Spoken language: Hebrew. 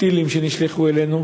הטילים שנשלחו אלינו.